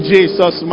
Jesus